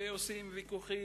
ועושים ויכוחים,